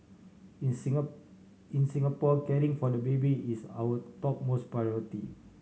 in in Singapore caring for the baby is our topmost priority